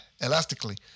elastically